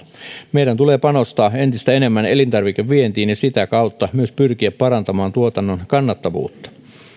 meidän tulee panostaa entistä enemmän elintarvikevientiin ja sitä kautta myös pyrkiä parantamaan tuotannon kannattavuutta